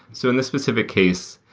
so in this specific case,